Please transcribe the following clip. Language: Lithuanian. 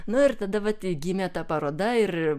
na ir tada tik gimė ta paroda ir